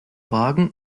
wagen